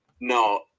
No